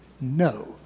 No